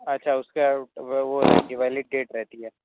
اچھا اس کا وہ وہ رہتی ہے ویلڈ ڈیٹ رہتی ہے